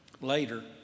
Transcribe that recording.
later